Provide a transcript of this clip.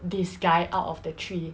this guy out of the three